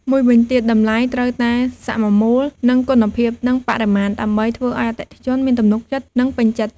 មួយវិញទៀត តម្លៃត្រូវតែសមមូលនឹងគុណភាព និងបរិមាណ ដើម្បីធ្វើឱ្យអតិថិជនមានទំនុកចិត្ត និងពេញចិត្ត។